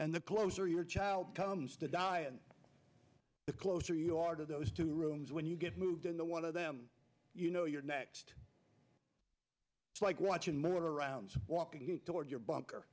and the closer your child comes to die and the closer you are to those two rooms when you get moved in the one of them you know you're next it's like watching milling around walking toward your bunker